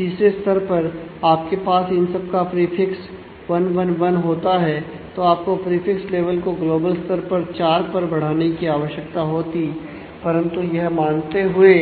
तीसरे स्तर पर आपके पास इन सब का प्रीफिक्स 111 होता है तो आपको प्रीफिक्स लेवल को ग्लोबल स्तर पर 4 पर बढ़ाने की आवश्यकता होती परंतु यह मानते हुए